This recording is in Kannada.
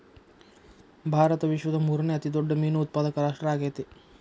ಭಾರತ ವಿಶ್ವದ ಮೂರನೇ ಅತಿ ದೊಡ್ಡ ಮೇನು ಉತ್ಪಾದಕ ರಾಷ್ಟ್ರ ಆಗೈತ್ರಿ